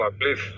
please